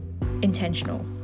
intentional